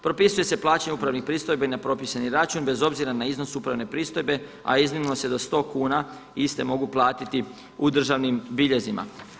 Propisuje se plaćanje upravnih pristojbi na propisani račun bez obzira na iznos upravne pristojbe a iznimno se do 100 kuna iste mogu platiti u državnim biljezima.